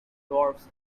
dwarves